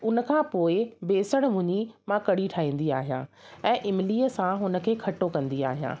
उन खां पोइ बेसण भुञी मां कढ़ी ठाहींदी आहियां ऐं इमलीअ सां हुन खे खटो कंदी आहियां